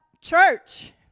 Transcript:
church